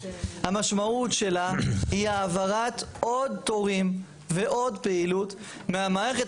המשמעות שלה היא העברת עוד תורים ועוד פעילות מהמערכת